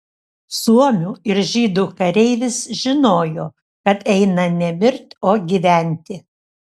suomių ir žydų kareivis žinojo kad eina ne mirt o gyventi